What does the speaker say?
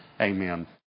amen